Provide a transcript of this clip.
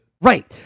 Right